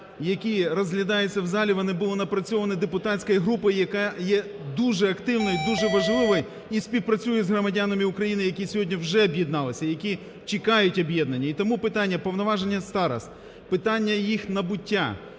які розглядаються в залі, вони були напрацьовані депутатською групою, яка є дуже активна і дуже важливою і співпрацює з громадянами України, які сьогодні вже об'єдналися, які чекають об'єднання. І тому питання повноваження старост, питання їх набуття,